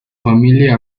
familia